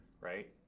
right